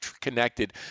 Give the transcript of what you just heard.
connected